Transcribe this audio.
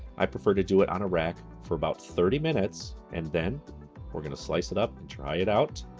i prefer to do it on a rack for about thirty minutes. and then we're gonna slice it up and try it out.